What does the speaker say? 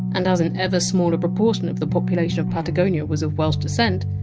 and as an ever smaller proportion of the population of patagonia was of welsh descent,